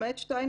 למעט שתיים,